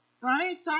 Right